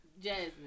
Jasmine